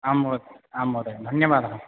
आम् महोदय आम् महोदय धन्यवादः